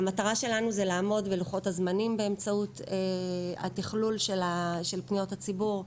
המטרה שלנו היא לעמוד בלוחות הזמנים באמצעות התכלול של פניות הציבור,